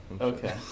Okay